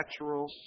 natural